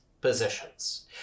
positions